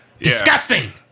Disgusting